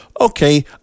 Okay